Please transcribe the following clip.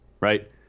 right